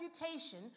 reputation